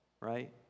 right